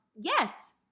Yes